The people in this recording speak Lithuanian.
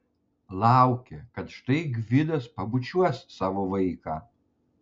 laukė kad štai gvidas pabučiuos savo vaiką